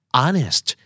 honest